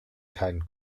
keinen